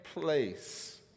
place